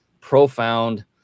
profound